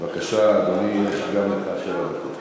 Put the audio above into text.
בבקשה, אדוני, גם לך שבע דקות.